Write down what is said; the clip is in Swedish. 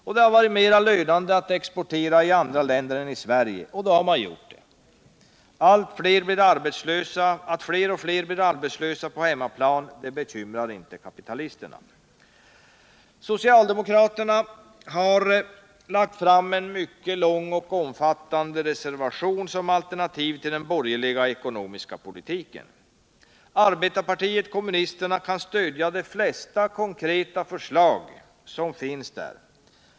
Det har också varit mer lönande att investera i andra länder än i Sverige, och då har man gjort det. Att allt fler blir arbetslösa på hemmaplan bekymrar inte kapitalisterna. Socialdemokraterna har vid finansutskottets betänkande nr 40 fogat mycket långa och omfattande reservationer som alternativ till den borgerliga ekonomiska politiken. Arbetarpartiet kommunisterna kan stödja de flesta konkreta förslag som finns där.